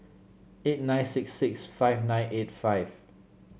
eight nine six six five nine eight five